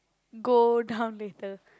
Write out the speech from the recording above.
go down later